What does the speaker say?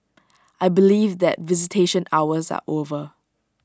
I believe that visitation hours are over